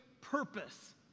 purpose